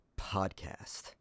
podcast